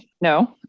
no